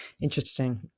Interesting